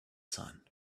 sun